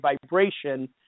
vibration